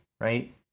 right